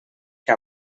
que